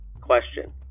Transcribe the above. Question